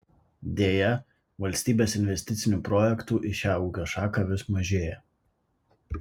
deja valstybės investicinių projektų į šią ūkio šaką vis mažėja